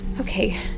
Okay